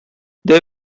they